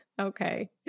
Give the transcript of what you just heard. okay